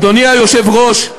אדוני היושב-ראש,